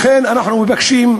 לכן אנחנו מבקשים,